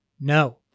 No